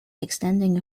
extending